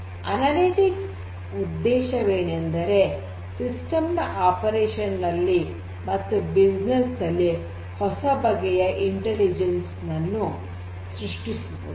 ಈ ಅನಲಿಟಿಕ್ಸ್ ಉದ್ದೇಶವೇನೆಂದರೆ ಸಿಸ್ಟಮ್ ನ ಕಾರ್ಯಾಚರಣೆಯಲ್ಲಿ ಮತ್ತು ವ್ಯವಹಾರದಲ್ಲಿ ಹೊಸ ಬಗೆಯ ಇಂಟೆಲಿಜೆನ್ಸ್ ನನ್ನು ಸೃಷ್ಟಿಸುವುದು